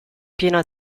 piena